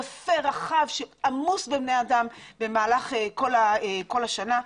יפה, רחב, עמוס בבני אדם במהלך כל השנה.